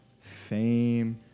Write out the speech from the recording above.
fame